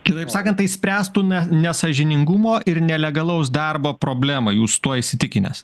kitaip sakant tai išspręstų na nesąžiningumo ir nelegalaus darbo problemą jūs tuo įsitikinęs